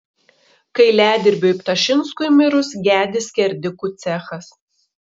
kailiadirbiui ptašinskui mirus gedi skerdikų cechas